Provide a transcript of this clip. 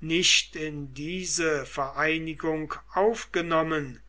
nicht in diese vereinigung aufgenommen